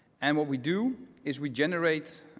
and what we do is we generate